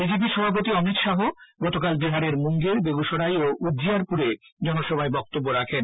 BJP সভাপতি অমিত শাহ গতকাল বিহারের মুঙ্গের বেগুশরাই ও উজ্জিয়ারপুরে জনসভায় বক্তব্য রাখেন